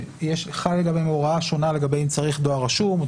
שחלה לגביהם הוראה שונה אם צריך דואר רשום או